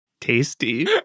tasty